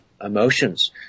emotions